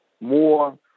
more